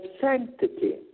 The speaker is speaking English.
sanctity